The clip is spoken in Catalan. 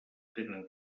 tenen